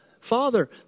Father